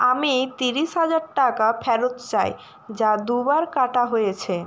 আমি তিরিশ হাজার টাকা ফেরত চাই যা দুবার কাটা হয়েছে